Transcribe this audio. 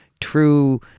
true